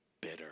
bitter